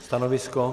Stanovisko?